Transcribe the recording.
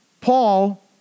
Paul